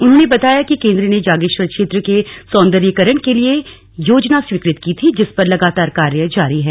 उन्होंने बताया कि केंद्र ने जागेश्वर क्षेत्र के सौन्दर्यीकरण के लिए योजना स्वीकृत की थी जिस पर लगातार कार्य जारी है